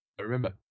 remember